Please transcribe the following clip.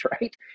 right